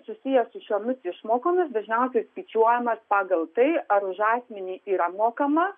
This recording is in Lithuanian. susiję su šiomis išmokomis dažniausiai skaičiuojamas pagal tai ar už asmenį yra mokama